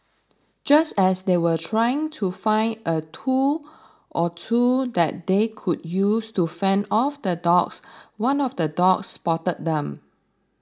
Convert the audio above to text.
just as they were trying to find a tool or two that they could use to fend off the dogs one of the dogs spotted them